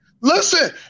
listen